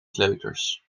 kleuters